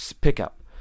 pickup